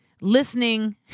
listening